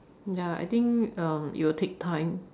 ya I think um it will take time